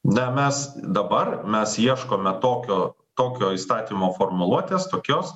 na mes dabar mes ieškome tokio tokio įstatymo formuluotės tokios